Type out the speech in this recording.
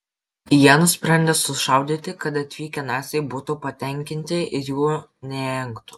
jie nusprendė sušaudyti kad atvykę naciai būtų patenkinti ir jų neengtų